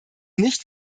nicht